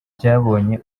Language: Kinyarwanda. byabonye